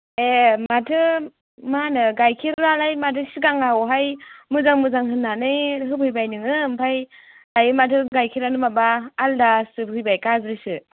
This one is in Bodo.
ए माथो मा होनो गाइखेरालाय माथो सिगाङावहाय मोजां मोजां होननानै होफैबाय नोङो ओमफाय दायो माथो गाइखेरानो माबा आलादासो फैबाय गाज्रिसो